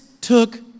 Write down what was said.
took